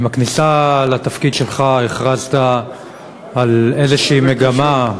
עם כניסתך לתפקידך הכרזת על איזו מגמה,